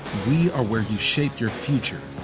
we are where you shape your future.